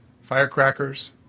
firecrackers